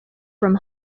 from